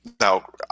now